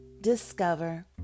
discover